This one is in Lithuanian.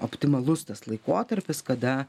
optimalus tas laikotarpis kada